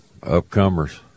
upcomers